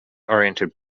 oriented